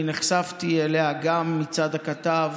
אני נחשפתי אליה גם מצד הכתב